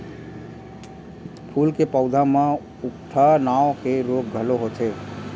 फूल के पउधा म उकठा नांव के रोग घलो होथे